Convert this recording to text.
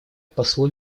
послу